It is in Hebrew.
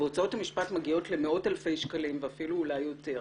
והוצאות המשפט מגיעות למאות אלפי שקלים ואפילו אולי יותר,